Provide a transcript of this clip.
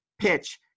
PITCH